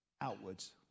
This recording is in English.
Outwards